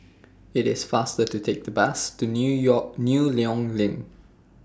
IT IS faster to Take The Bus to New York New Loyang LINK